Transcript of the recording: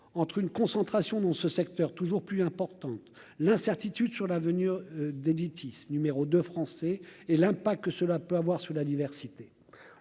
entre une concentration dans ce secteur, toujours plus importante, l'incertitude sur l'avenir d'Editis, numéro 2 français et l'impact que cela peut avoir sur la diversité,